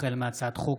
החל בהצעת חוק